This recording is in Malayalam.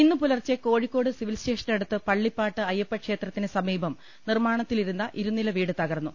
ഇന്നുപൂലർച്ചെ കോഴിക്കോട് സിവിൽ സ്റ്റേഷനടുത്ത് പള്ളി പ്പാട്ട് അയ്യപ്പക്ഷേത്രത്തിന് സമീപം നിർമ്മാണത്തിലിരുന്ന ഇരുനില വീട് തകർന്നു